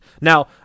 Now